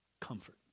comfort